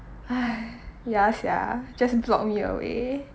!hais! ya sia just block me away